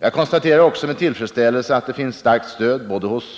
Jag konstaterar också med tillfredsställelse att det finns ett starkt stöd hos